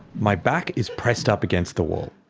my back is pressed up against the wall,